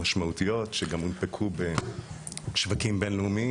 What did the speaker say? משמעותיות שגם הונפקו בשווקים בין-לאומיים